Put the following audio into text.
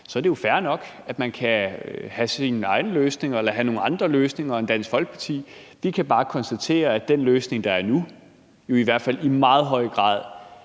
Så er det jo fair nok, at man kan have sine egne løsninger eller have nogle andre løsninger end Dansk Folkeparti. Vi kan bare konstatere, at den ordning, der er nu, jo i hvert fald i meget høj grad